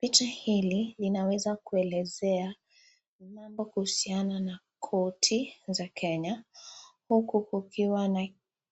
Picha hili linaweza kuelezea mambo kuhusiana na korti za Kenya huku kukiwa na